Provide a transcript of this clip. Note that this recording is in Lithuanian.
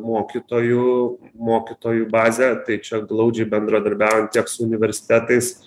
mokytojų mokytojų bazę tai čia glaudžiai bendradarbiaujant tiek su universitetais